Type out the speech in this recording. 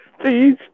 Please